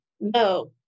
no